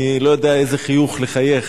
אני לא יודע איזה חיוך לחייך,